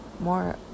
more